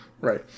right